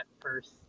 first